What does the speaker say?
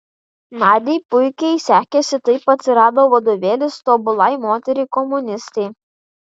nadiai puikiai sekėsi taip atsirado vadovėlis tobulai moteriai komunistei